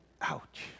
Ouch